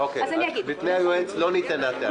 --- בפני היועץ לא נטענה טענה.